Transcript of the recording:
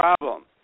problem